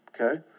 Okay